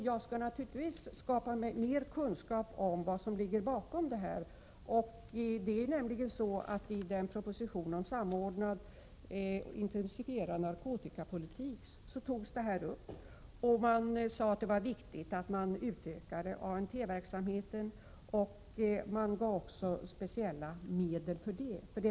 Jag skall naturligtvis skaffa mig mera kunskaper om bakomliggande faktorer. I propositionen om en samordnad, intensifierad narkotikapolitik togs dessa saker upp. Man sade där att det var viktigt med en utökning av ANT-verksamheten. Dessutom anvisade man speciella medel i det sammanhanget.